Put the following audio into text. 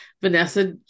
Vanessa